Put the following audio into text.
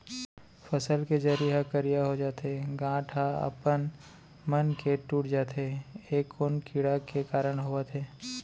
फसल के जरी ह करिया हो जाथे, गांठ ह अपनमन के टूट जाथे ए कोन कीड़ा के कारण होवत हे?